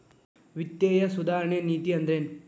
ವಿತ್ತೇಯ ಸುಧಾರಣೆ ನೇತಿ ಅಂದ್ರೆನ್